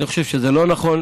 אני חושב שזה לא נכון.